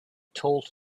told